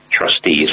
trustees